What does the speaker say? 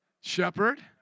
Shepherd